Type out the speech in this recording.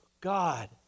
God